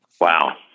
Wow